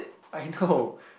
I know